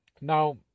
Now